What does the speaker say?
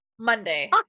Monday